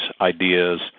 ideas